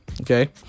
Okay